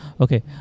Okay